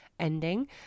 Ending